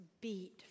beat